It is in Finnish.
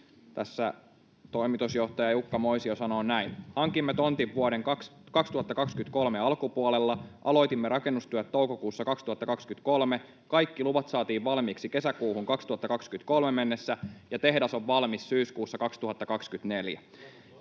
Tässä toimitusjohtaja Jukka Moisio sanoo näin: ”Hankimme tontin vuoden 2023 alkupuolella, aloitimme rakennustyöt toukokuussa 2023, kaikki luvat saatiin valmiiksi kesäkuuhun 2023 mennessä, ja tehdas on valmis syyskuussa 2024.”